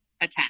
attend